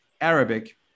Arabic